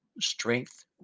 strength